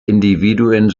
individuen